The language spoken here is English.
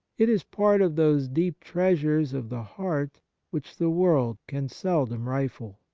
it is part of those deep treasures of the heart which the world can seldom rifle.